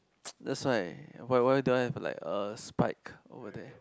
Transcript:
that's why why why don't have like a spike over there